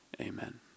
amen